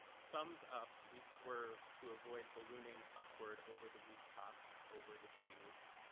thumbs up we swerved to avoid ballooning upward over the rooftops over the trees.